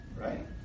right